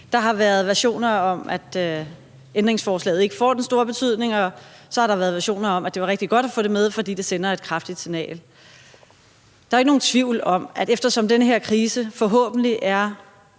Der har været versioner om, at ændringsforslaget ikke får den store betydning, og så har der været versioner om, at det var rigtig godt at få det med, fordi det sender et kraftigt signal. Der er ikke nogen tvivl om, at den her krise, selv om